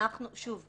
כמו שאמרתי,